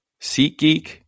SeatGeek